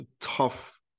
tough